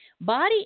body